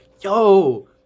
Yo